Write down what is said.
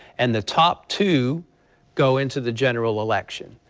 and the top two go into the general election